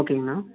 ஓகேங்க அண்ணா